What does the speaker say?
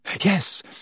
Yes